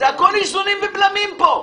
הכול איזונים ובלמים פה.